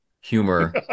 humor